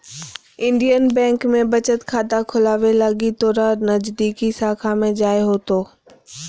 Indian Bank में बचत खाता खोलावे लगी तोरा नजदीकी शाखा में जाय होतो